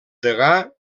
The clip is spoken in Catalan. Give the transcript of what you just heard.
degà